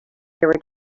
were